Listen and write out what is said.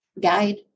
guide